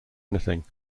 anything